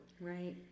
Right